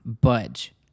budge